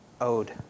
owed